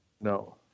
No